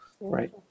right